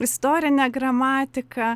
istorinę gramatiką